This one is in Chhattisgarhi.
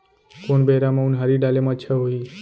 कोन बेरा म उनहारी डाले म अच्छा होही?